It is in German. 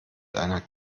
einer